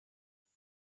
دونم